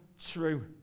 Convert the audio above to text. true